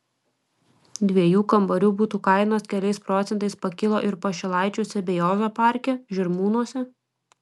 dviejų kambarių butų kainos keliais procentais pakilo ir pašilaičiuose bei ozo parke žirmūnuose